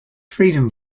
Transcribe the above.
freedom